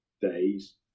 days